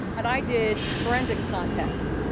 and i did forensics contests.